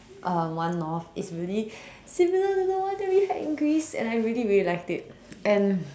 um one North is really similar to one that we had in Greece and I really really liked it and